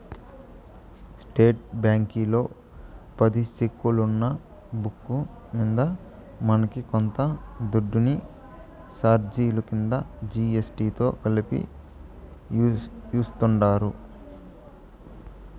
state బ్యాంకీలో పది సెక్కులున్న బుక్కు మింద మనకి కొంత దుడ్డుని సార్జిలు కింద జీ.ఎస్.టి తో కలిపి యాస్తుండారు